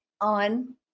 on